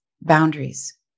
Boundaries